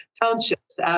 townships